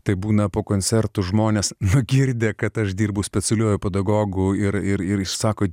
taip būna po koncertų žmonės va girdi kad aš dirbu specialiuoju pedagogu ir ir įsako